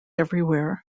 everywhere